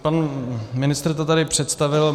Pan ministr to tady představil.